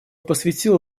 посвятил